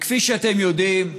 וכפי שאתם יודעים,